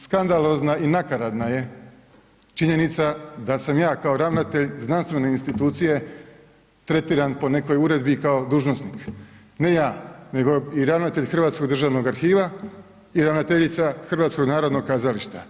Skandalozna i nakaradna je činjenica da sam ja kao ravnatelj znanstvene institucije tretiran po nekoj uredbi kao dužnosnik, ne ja nego i ravnatelj Hrvatskog državnog arhiva i ravnateljica Hrvatskog narodnog kazališta.